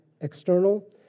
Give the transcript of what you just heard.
external